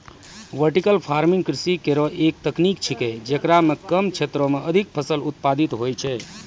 vertical farming कृषि केरो एक तकनीक छिकै, जेकरा म कम क्षेत्रो में अधिक फसल उत्पादित होय छै